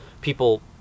people